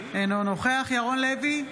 אינו נוכח ירון לוי,